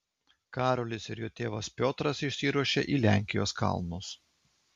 karolis ir jo tėvas piotras išsiruošia į lenkijos kalnus